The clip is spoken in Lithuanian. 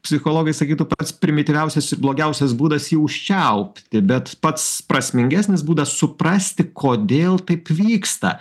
psichologai sakytų pats primityviausias blogiausias būdas jį užčiaupti bet pats prasmingesnis būdas suprasti kodėl taip vyksta